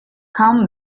come